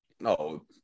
No